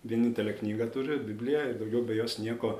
vienintelę knygą turi bibliją ir daugiau be jos nieko